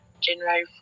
January